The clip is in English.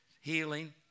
Healing